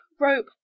rope